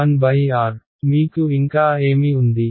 1 R మీకు ఇంకా ఏమి ఉంది